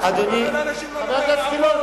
חבר הכנסת גילאון,